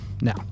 Now